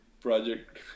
project